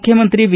ಮುಖ್ಯಮಂತ್ರಿ ಬಿ